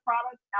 products